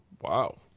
Wow